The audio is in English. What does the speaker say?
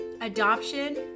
adoption